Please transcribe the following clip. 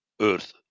earth